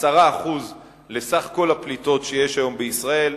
10% לסך הפליטות שיש היום בישראל,